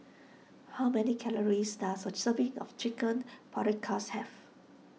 how many calories does a serving of Chicken Paprikas have